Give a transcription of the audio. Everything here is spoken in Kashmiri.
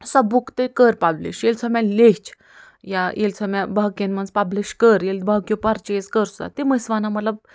سۄ بُک تہِ کٔر پبلِش ییٚلہِ سۄ مےٚ لیٚچھ یا ییٚلہِ سۄ مےٚ باقِیَن منٛز پبلِش کٔر ییٚلہِ باقیو پرچیز کٔر سۄ تِم ٲسۍ وَنان مطلب